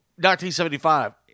1975